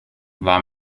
war